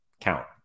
count